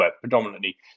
predominantly